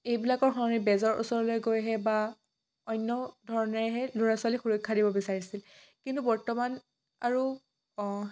এইবিলাকৰ সলনি বেজৰ ওচৰলৈ গৈহে বা অন্য ধৰণেৰেহে ল'ৰা ছোৱালীক সুৰক্ষা দিব বিচাৰিছিল কিন্তু বৰ্তমান আৰু